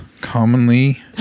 commonly